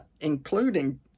including